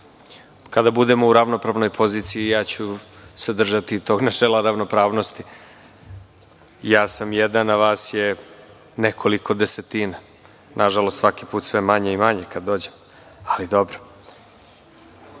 Kada budemo u ravnopravnoj poziciji, ja ću se držati tog načela ravnopravnosti. Ja sam jedan, a vas je nekoliko desetina. Nažalost, svaki put sve manje i manje kada dođem. Dakle, ko